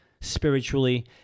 spiritually